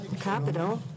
capital